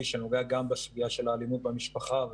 שנוגע גם לסוגיה של האלימות במשפחה,